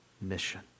mission